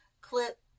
clip